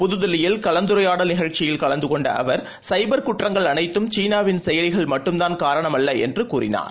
புதுதில்லியில் கலந்துரையாடல் நிகழச்சியில் கலந்துகொண்டஅவர் சைபர்குற்றங்கள் அனைத்தும் சீனாவின் செயலிகள் மட்டும்தான் காரணமல்லஎன்றும் அவர் கூறினார்